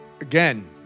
again